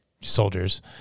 soldiers